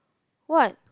what